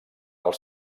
els